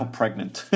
pregnant